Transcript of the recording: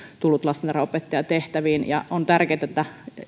tullut lastentarhanopettajan tehtäviin ja on tärkeätä että